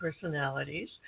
Personalities